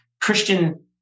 Christian